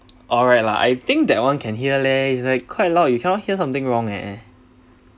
alright lah I think that one can hear leh it's like quite loud you cannot hear something wrong eh